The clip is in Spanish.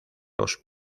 los